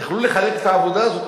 יכלו לחלק את העבודה הזו,